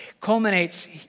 Culminates